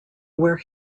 where